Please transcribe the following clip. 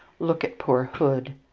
look at poor hood.